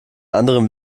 anderen